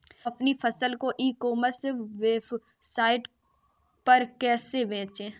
अपनी फसल को ई कॉमर्स वेबसाइट पर कैसे बेचें?